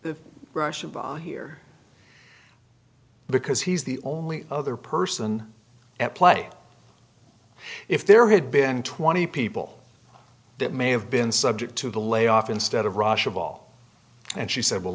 the russians here because he's the only other person at play if there had been twenty people that may have been subject to the layoff instead of russia ball and she said well